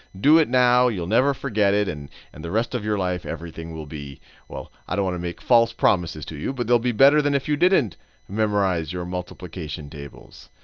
do it now, you'll never forget it, and and the rest of your life everything will be well, i don't want to make false promises to you, but they'll be better than if you didn't memorize your multiplication tables.